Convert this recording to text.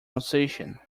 alsatian